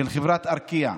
של חברת ארקיע.